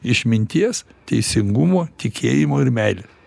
išminties teisingumo tikėjimo ir meilės